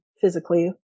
physically